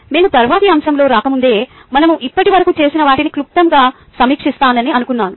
మేము తరువాతి అంశంలోకి రాకముందే మనం ఇప్పటివరకు చేసిన వాటిని క్లుప్తంగా సమీక్షిస్తానని అనుకున్నాను